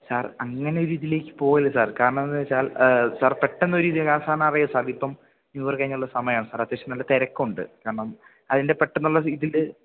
sir അങ്ങനെ ഒരിതിലേക്ക് പോകരുത് സാർ കാരണമെന്താണെന്നുവെച്ചാൽ സാർ സാർ പെട്ടെന്ന് ഒരിതില് കാരണം സാറിനറിയാമല്ലോ സാർ ഇപ്പം ന്യൂ ഇയര് ഒക്കെ കഴിഞ്ഞുള്ള സമയമാണ് സാർ അത്യാവശ്യം നല്ല തിരക്കുണ്ട് കാരണം അതിൻ്റെ പെട്ടെന്നുള്ള ഇതില്